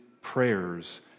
prayers